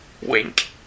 wink